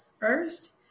first